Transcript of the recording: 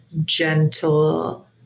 gentle